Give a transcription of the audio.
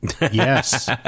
Yes